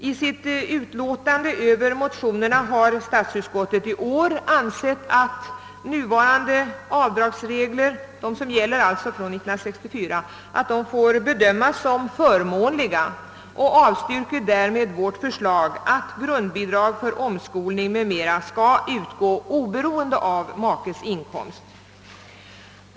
I sitt utlåtande över motionerna har statsutskottet i år ansett »att de nuvarande avdragsreglerna får bedömas som förmånliga» och därmed avstyrkes vårt förslag att grundbidrag för omskolning m.m. skall utgå oberoende av makes inkomst.